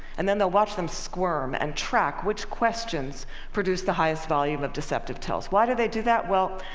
and then they'll watch them squirm, and track which questions produce the highest volume of deceptive tells. why do they do that? well,